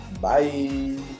bye